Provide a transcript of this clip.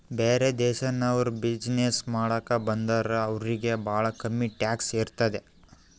ಬ್ಯಾರೆ ದೇಶನವ್ರು ಬಿಸಿನ್ನೆಸ್ ಮಾಡಾಕ ಬಂದುರ್ ಅವ್ರಿಗ ಭಾಳ ಕಮ್ಮಿ ಟ್ಯಾಕ್ಸ್ ಇರ್ತುದ್